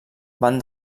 van